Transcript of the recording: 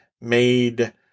made